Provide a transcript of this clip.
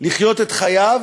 לחיות את חייו,